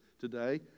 today